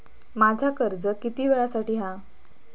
माझा कर्ज किती वेळासाठी हा?